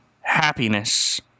happiness